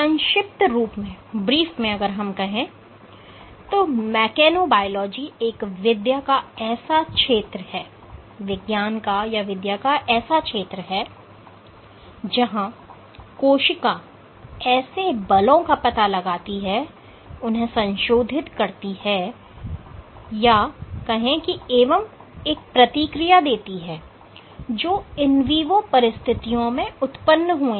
संक्षिप्त रूप में कहें तो मेकेनोबायोलॉजी एक विद्या का ऐसा क्षेत्र है जहां कोशिका ऐसे बलों का पता लगाती है उन्हें संशोधित करती है एवं प्रतिक्रिया देती है जो इन वीवो परिस्थितियों में उत्पन्न हुए हैं